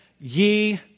Ye